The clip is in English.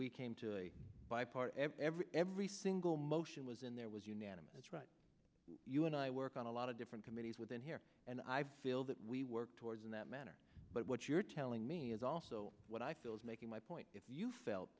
we came to by part and every every single motion was in there was unanimous right you and i work on a lot of different committees within here and i feel that we work towards in that manner but what you're telling me is also what i feel is making my point if you felt